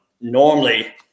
Normally